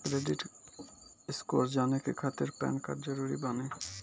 Credit score जाने के खातिर पैन कार्ड जरूरी बानी?